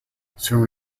soon